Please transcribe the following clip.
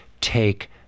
take